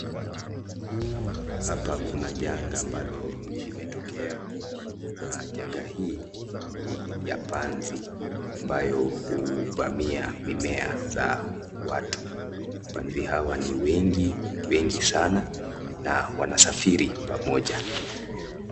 Hapa kuna janga ambalo limetokea na janga hii ni ya panzi ambayo huvamia mimea za watu, panzi hawa ni wengi sana na wanasafiri pamoja.